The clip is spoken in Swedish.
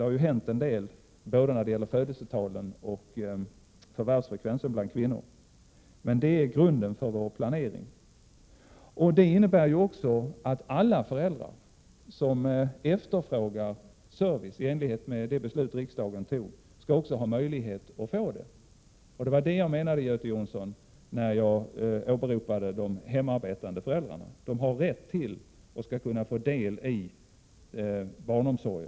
Det har ju hänt en del både när det gäller födelsetalen och förvärvsfrekvensen bland kvinnor. Detta är grunden för vår planering. Vi utgår från att alla föräldrar som efterfrågar service i enlighet med det beslut som riksdagen fattat också skall ha möjlighet att få det. Det var det jag menade, Göte Jonsson, när jag åberopade de hemarbetande föräldrarna. Också de har rätt till och skall kunna erbjudas barnomsorg.